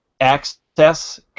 access